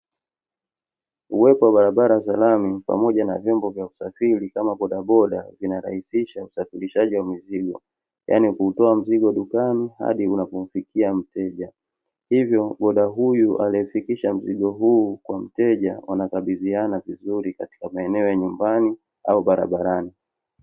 Uwepo wa barabara za lami pamoja na vyombo vya usafiri kama boda boda vinarahisisha usfirishaji wa mizigo, yaani kuutoa mzigo dukani hadi unapomfikia mteja. Hivyo boda huyu aliyefikisha mzigo huu kwa mteja anakabidhiana vizuri katika maeneo ya nyumbani au barabarani.